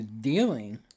dealing